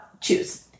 choose